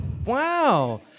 wow